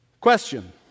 Question